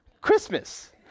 Christmas